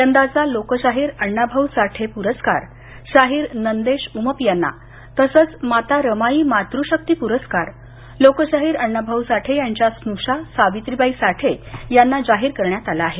यंदाचा लोकशाहीर अण्णाभाऊ साठे प्रस्कार शाहीर नंदेश उमप यांना तसंच माता रमाई मातृशक्ती पुरस्कार लोकशाहीर अण्णाभाऊ साठे यांच्या स्नुषा सावित्रीबाई साठे यांना जाहीर करण्यात आला आहे